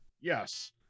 Yes